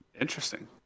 Interesting